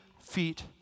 feet